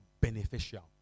beneficial